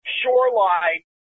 shoreline